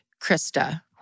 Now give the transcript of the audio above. Krista